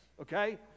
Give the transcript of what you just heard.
okay